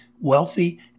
wealthy